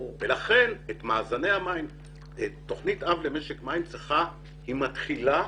לכן תוכנית אב למשק מים מתחילה,